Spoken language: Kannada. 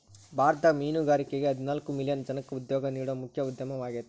ಭಾರತದಾಗ ಮೇನುಗಾರಿಕೆ ಹದಿನಾಲ್ಕ್ ಮಿಲಿಯನ್ ಜನಕ್ಕ ಉದ್ಯೋಗ ನೇಡೋ ಮುಖ್ಯ ಉದ್ಯಮವಾಗೇತಿ